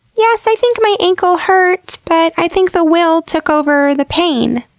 yes, i think my ankle hurt, but i think the will took over the pain.